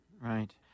right